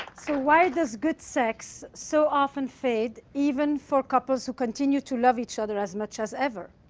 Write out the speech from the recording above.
so why does good sex so often fade, even for couples who continue to love each other as much as ever?